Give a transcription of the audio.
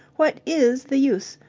what is the use?